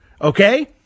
okay